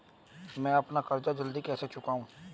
मैं अपना कर्ज जल्दी कैसे चुकाऊं?